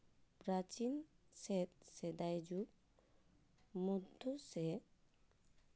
ᱯᱨᱟᱪᱤᱱ ᱥᱮ ᱥᱮᱫᱟᱭ ᱡᱩᱜᱽ ᱢᱚᱫᱽᱫᱷᱚ ᱥᱮ